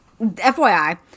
FYI